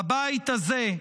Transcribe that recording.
בבית הזה,